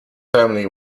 family